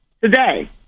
today